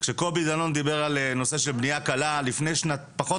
כשקובי דנון דיבר על נושא של בנייה קלה לפני פחות